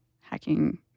hacking